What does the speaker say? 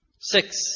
Six